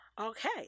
Okay